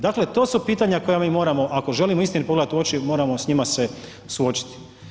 Dakle, to su pitanja koja mi moramo, ako želimo istini pogledati u oči moramo s njima se suočiti.